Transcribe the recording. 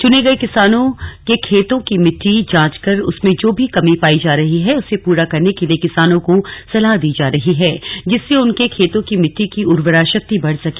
चुने गये किसानों के खेतों की मिट्टी जांच कर उसमें जो कमी पाई जा रही है उसे पूरा करने के लिए किसानों को सलाह दी जा रही है जिससे उनके खेतों की मिट्टी की उर्वरा शक्ति बढ़ सके